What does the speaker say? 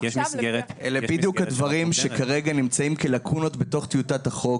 כי יש מסגרת --- אלה בדיוק הדברים שכרגע נמצאים כלקונות בטיוטת החוק,